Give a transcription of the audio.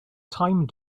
time